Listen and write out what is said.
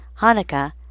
Hanukkah